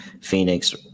Phoenix